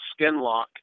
SkinLock